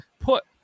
put